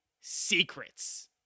secrets